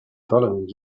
following